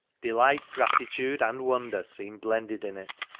delight, gratitude, and wonder seemed blended in it.